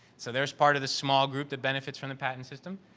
so, there's part of the small group that benefit from the patent system.